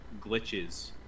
glitches